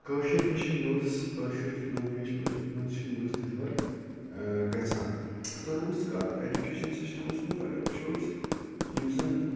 کٲشٕر پٲٹھۍ چھِ news Koshur language مَنٛز چھِ نِوٕز ڈیلوَر گَژھان تہٕ روٗز کَتھ ایٚجُکیشَن سِسٹَمَس مَنٛز اَگَر وٕچھو أسۍ یِم زَن